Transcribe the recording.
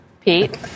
Pete